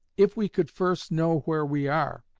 if we could first know where we are,